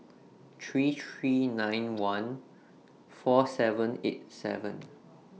three three nine one four seven eight seven